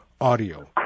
audio